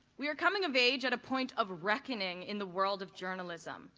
we're coming of age at a point of reckoning in the world of journalism.